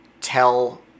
tell